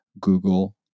Google